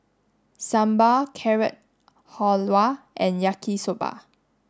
Sambar Carrot Halwa and Yaki Soba